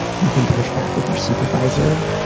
you can push back with your supervisor.